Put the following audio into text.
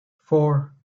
four